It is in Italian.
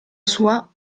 sua